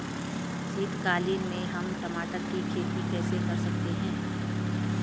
शीतकालीन में हम टमाटर की खेती कैसे कर सकते हैं?